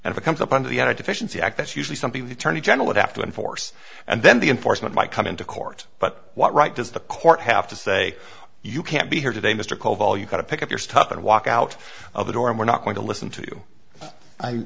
and if it comes up under the other deficiency act that's usually something the tourney general would have to enforce and then the enforcement might come into court but what right does the court have to say you can't be here today mr caldwell you got to pick up your stuff and walk out of the door and we're not going to listen to